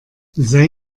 sei